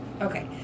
Okay